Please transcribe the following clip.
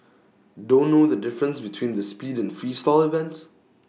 don't know the difference between the speed and Freestyle events